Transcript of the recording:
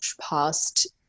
past